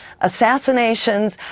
assassinations